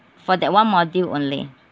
for that one module only